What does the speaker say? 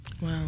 wow